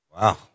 Wow